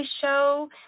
show